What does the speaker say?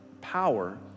power